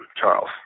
Charles